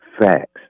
Facts